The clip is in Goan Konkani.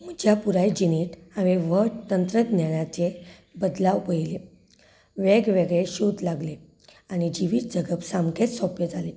म्हज्या पुराय जिणेंत हांवें व्हड तंत्रज्ञानाचें बदलाव पळयले वेगवेगळे शोध लागले आनी जिवीत जगप सामकें सोंपें जालें